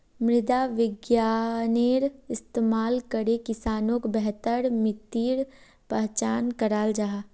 मृदा विग्यानेर इस्तेमाल करे किसानोक बेहतर मित्तिर पहचान कराल जाहा